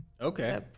Okay